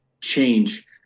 change